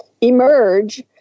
emerge